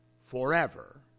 forever